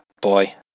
boy